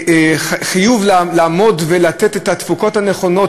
חיוב לעמוד ולתת את התפוקות הנכונות